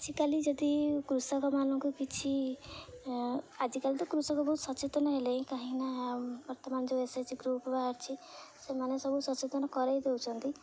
ଆଜିକାଲି ଯଦି କୃଷକମାନଙ୍କୁ କିଛି ଆଜିକାଲି ତ କୃଷକ ବହୁତ ସଚେତନ ହେଲେଣି କାହିଁକି ନା ବର୍ତ୍ତମାନ ଯେଉଁ ଏସ ଏଚ ଜି ଗ୍ରୁପ ବାହାରଛି ସେମାନେ ସବୁ ସଚେତନ କରାଇ ଦେଉଛନ୍ତି